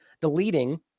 deleting